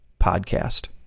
podcast